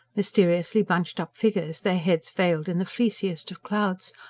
mysteriously bunched-up figures, their heads veiled in the fleeciest of clouds,